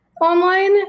online